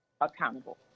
accountable